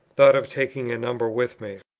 thought of taking a number with me.